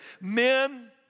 men